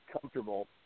comfortable